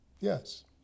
Yes